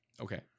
Okay